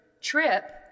trip